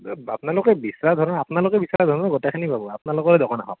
আপোনালোকে বিচৰা ধৰণে আপোনালোকে বিচৰা ধৰণৰ গোটেইখিনি পাব আপোনালোকৰে দোকান আহক